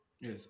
Yes